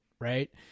Right